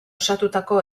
osatutako